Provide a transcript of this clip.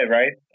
right